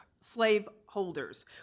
slaveholders